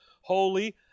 holy